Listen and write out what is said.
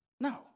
No